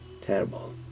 terrible